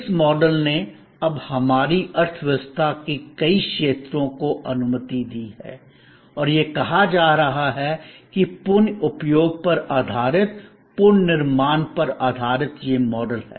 इस मॉडल ने अब हमारी अर्थव्यवस्था के कई क्षेत्रों को अनुमति दी है और यह कहा जा रहा है कि पुन उपयोग पर आधारित पुन निर्माण पर आधारित यह मॉडल है